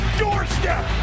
doorstep